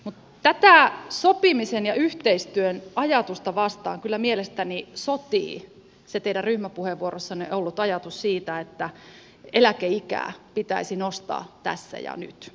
mutta tätä sopimisen ja yhteistyön ajatusta vastaan kyllä mielestäni sotii se teidän ryhmäpuheenvuorossanne ollut ajatus siitä että eläkeikää pitäisi nostaa tässä ja nyt